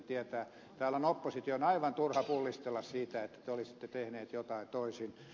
täällä on opposition aivan turha pullistella siitä että te olisitte tehneet jotain toisin